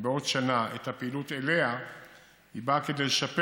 בעוד שנה את הפעילות אליה באה כדי לשפר